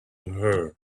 her